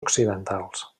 occidentals